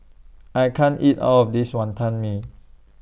I can't eat All of This Wantan Mee